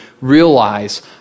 realize